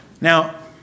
Now